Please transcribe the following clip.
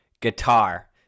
guitar